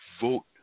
vote